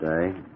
today